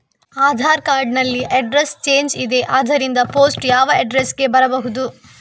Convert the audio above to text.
Aadhaar card ನಲ್ಲಿ address change ಇದೆ ಆದ್ದರಿಂದ ಪೋಸ್ಟ್ ಯಾವ ಅಡ್ರೆಸ್ ಗೆ ಬರಬಹುದು?